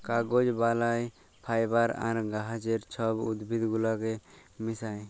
কাগজ বালায় ফাইবার আর গাহাচের ছব উদ্ভিদ গুলাকে মিশাঁয়